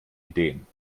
ideen